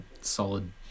solid